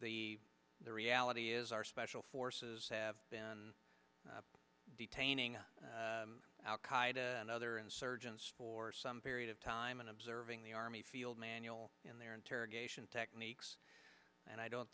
targets the reality is our special forces have been detaining al qaida and other insurgents for some period of time and observing the army field manual and their interrogation techniques and i don't